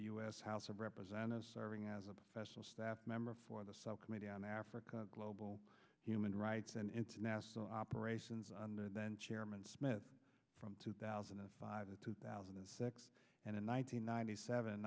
s house of representatives serving as a professional staff member for the subcommittee on africa global human rights and international operations under then chairman smith from two thousand and five to two thousand and six and in one nine hundred ninety seven